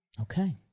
Okay